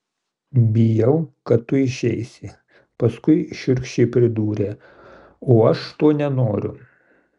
bijau kad tu išeisi paskui šiurkščiai pridūrė aš to nenoriu